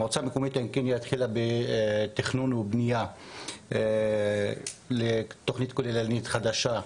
המועצה המקומית עין קנייא התחילה בתכנון ובנייה לתוכנית כוללנית חדשה,